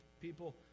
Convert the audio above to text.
people